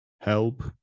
help